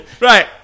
Right